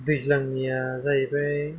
दैज्लांनिया जाहैबाय